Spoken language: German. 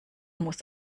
muss